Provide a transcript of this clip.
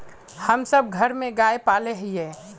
हम सब घर में गाय पाले हिये?